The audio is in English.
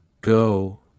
go